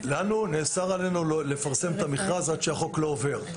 נאסר עלינו לפרסם את המכרז עד שהחוק עובר.